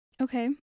Okay